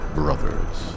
brothers